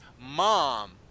mom